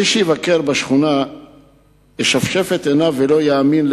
מי שיבקר בשכונה ישפשף עיניים ולא יאמין.